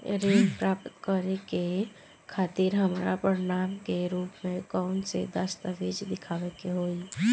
ऋण प्राप्त करे के खातिर हमरा प्रमाण के रूप में कउन से दस्तावेज़ दिखावे के होइ?